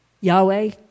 Yahweh